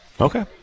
Okay